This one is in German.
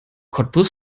cottbus